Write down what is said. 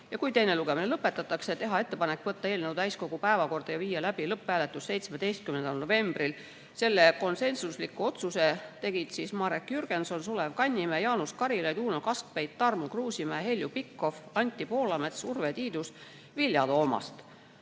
ja kui teine lugemine lõpetatakse, teha ettepanek võtta eelnõu täiskogu päevakorda 17. novembril ja viia läbi ka lõpphääletus. Selle konsensusliku otsuse tegid Marek Jürgenson, Sulev Kannimäe, Jaanus Karilaid, Uno Kaskpeit, Tarmo Kruusimäe, Heljo Pikhof, Anti Poolamets, Urve Tiidus, Vilja Toomast.